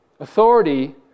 Authority